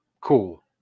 cool